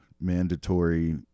mandatory